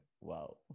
Wow